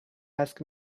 ask